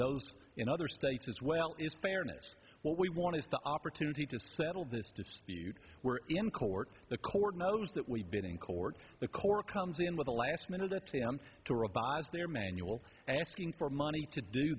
those in other states as well is fairness what we want is the opportunity to settle this dispute we're in court the court knows that we've been in court the court comes in with a last minute attempt to revise their manual asking for money to do